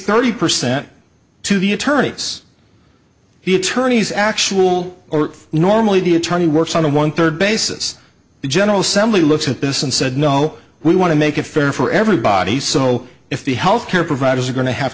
thirty percent to the attorneys he attorneys actual normally the attorney works on a one third basis the general assembly looked at this and said no we want to make it fair for everybody so if the health care providers are going to have